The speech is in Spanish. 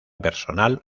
personal